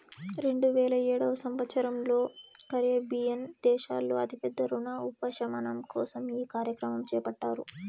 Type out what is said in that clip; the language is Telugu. రెండువేల ఏడవ సంవచ్చరంలో కరేబియన్ దేశాల్లో అతి పెద్ద రుణ ఉపశమనం కోసం ఈ కార్యక్రమం చేపట్టారు